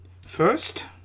First